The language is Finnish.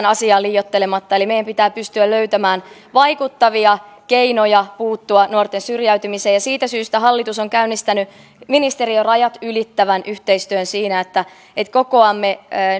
asiaa liioittelematta eli meidän pitää pystyä löytämään vaikuttavia keinoja puuttua nuorten syrjäytymiseen ja siitä syystä hallitus on käynnistänyt ministeriörajat ylittävän yhteistyön siinä että että kokoamme